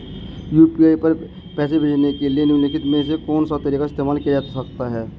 UPI पर पैसे भेजने के लिए निम्नलिखित में से कौन सा तरीका इस्तेमाल किया जा सकता है?